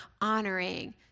honoring